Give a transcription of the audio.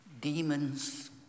Demons